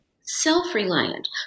self-reliant